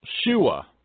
Shua